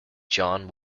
john